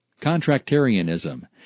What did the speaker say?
Contractarianism